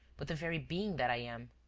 but the very being that i am.